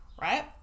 right